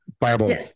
Bible